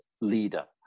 leader